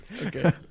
Okay